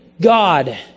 God